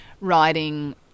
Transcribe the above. writing